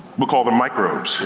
we'll call them microbes.